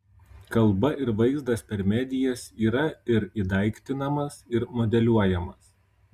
kalba ir vaizdas per medijas yra ir įdaiktinamas ir modeliuojamas